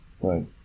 right